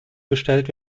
bestellt